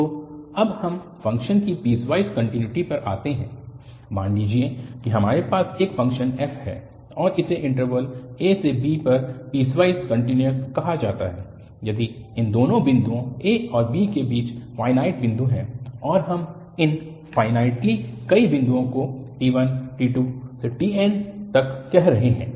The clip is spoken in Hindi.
तो अब एक फ़ंक्शन की पीसवाइस कन्टिन्युटी पर आते हैं मान लीजिए कि हमारे पास एक फ़ंक्शन f है और इसे इन्टरवल ab पर पीसवाइस कन्टिन्यूअस कहा जाता है यदि इन दोनों बिंदुओं a और b के बीच फ़ाइनाइट बिन्दु हैं और हम इन फ़ाइनाइटली कई बिंदुओं को t1t2tnकह रहे हैं